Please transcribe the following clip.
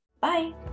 Bye